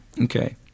Okay